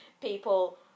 people